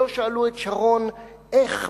שלא שאלו את שרון איך,